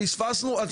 פספסנו.